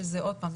עוד פעם,